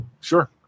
sure